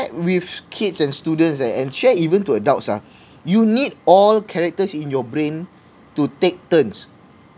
with kids and students eh and share even to adults ah you need all characters in your brain to take turns